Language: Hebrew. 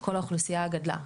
כל האוכלוסייה גדלה,